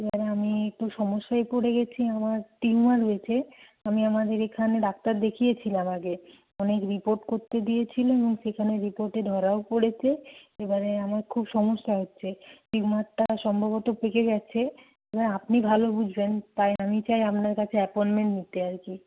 আমি একটু সমস্যায় পড়ে গেছি আমার টিউমার রয়েছে আমি আমাদের এখানে ডাক্তার দেখিয়েছিলাম আগে অনেক রিপোর্ট করতে দিয়েছিল এবং সেখানে রিপোর্টে ধরাও পড়েছে এবারে আমার খুব সমস্যা হচ্ছে টিউমারটা সম্ভবত পেকে যাচ্ছে আপনি ভালো বুঝবেন তাই আমি চাই আপনার কাছে অ্যাপয়েন্টমেন্ট নিতে আর কি